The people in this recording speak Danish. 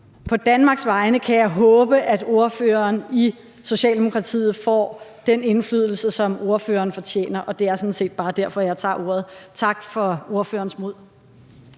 På Danmarks vegne kan jeg håbe, at ordføreren i Socialdemokratiet får den indflydelse, som ordføreren fortjener. Og det er sådan set bare derfor, jeg tager ordet. Tak for ordførerens mod.